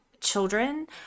children